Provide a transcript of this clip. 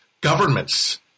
governments